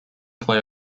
play